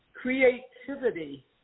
Creativity